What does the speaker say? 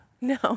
No